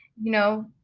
you know,